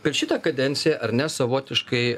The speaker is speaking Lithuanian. per šitą kadenciją ar ne savotiškai